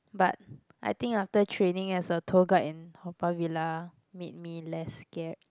but I think after training as a tour guide in Haw-Par-Villa made me less scared